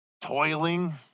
toiling